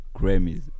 Grammys